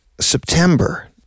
September